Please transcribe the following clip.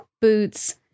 boots